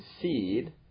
seed